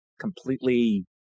completely